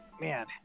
man